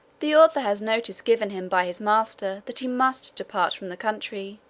the author has notice given him by his master, that he must depart from the country.